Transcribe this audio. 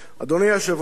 אדוני היושב-ראש,